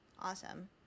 Awesome